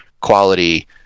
quality